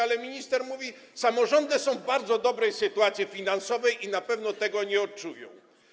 Jednak minister mówi: samorządy są w bardzo dobrej sytuacji finansowej i na pewno tego nie odczują.